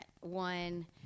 One